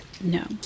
No